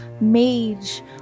mage